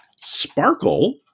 sparkle